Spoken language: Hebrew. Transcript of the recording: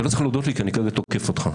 אתה לא צריך להודות לי כי אני כרגע תוקף אותך.